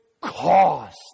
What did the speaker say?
cost